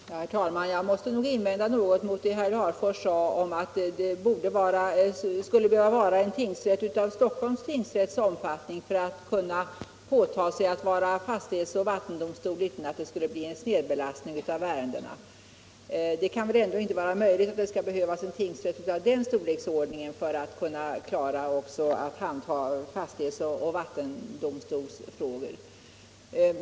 Herr talman! Jag måste nog invända något mot det herr Larfors sade om att det skulle behöva vara en tingsrätt av Stockholms läns tingsrätts omfattning för att kunna åta sig att vara fastighetsoch vattendomstol utan att det skulle bli en snedbelastning av ärendena. Det kan väl ändå inte vara möjligt att det skall behövas en tingsrätt av den storleksordningen för att kunna klara även att handha fastighetsoch vattendomstolsfrågor.